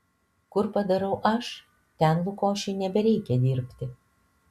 kur padarau aš ten lukošiui nebereikia dirbti